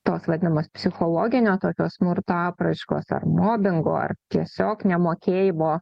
tos vadinamos psichologinio tokio smurto apraiškos ar mobingo ar tiesiog nemokėjimo